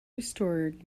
restored